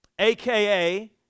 AKA